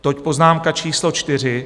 Toť poznámka číslo čtyři.